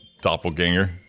Doppelganger